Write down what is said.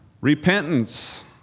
repentance